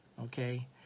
okay